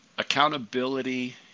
accountability